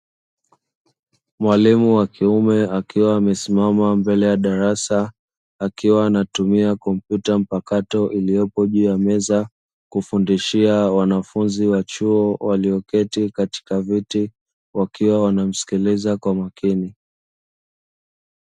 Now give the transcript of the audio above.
Mwalimu wa kiume akiwa amesimama mbele ya darasa, akiwa anatumia komputa mpakato iliyopo juu ya meza, kufundishia wanafunzi wa chuo walioketi katika viti, wakiwa wanamsikiliza kwa makini.